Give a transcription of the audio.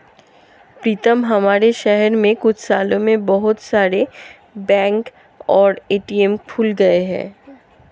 पीतम हमारे शहर में कुछ सालों में बहुत सारे बैंक और ए.टी.एम खुल गए हैं